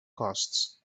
costs